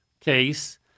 case